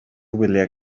wyliau